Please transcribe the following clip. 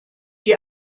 die